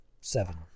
seven